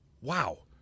wow